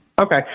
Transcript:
Okay